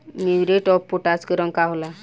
Muriate of potash के रंग का होला?